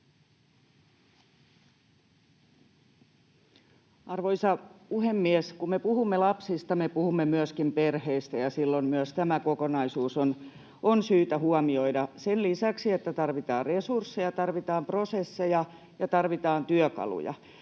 Arvoisa puhemies! Kun me puhumme lapsista, me puhumme myöskin perheistä, ja silloin myös tämä kokonaisuus on syytä huomioida. Sen lisäksi, että tarvitaan resursseja, niin tarvitaan